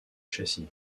châssis